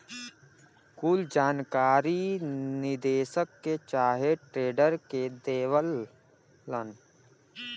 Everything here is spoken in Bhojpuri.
कुल जानकारी निदेशक के चाहे ट्रेडर के देवलन